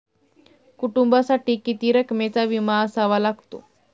कुटुंबासाठी किती रकमेचा विमा असावा लागतो?